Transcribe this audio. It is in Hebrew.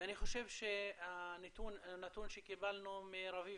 ואני חושב שהנתון שקיבלנו מרביב,